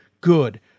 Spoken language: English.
good